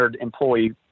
employee